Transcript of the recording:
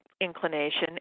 inclination